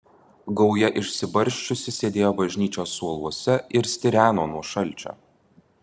gauja išsibarsčiusi sėdėjo bažnyčios suoluose ir stireno nuo šalčio